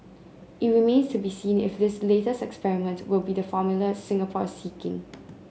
it remains to be seen if this later experiment will be the formula Singapore is seeking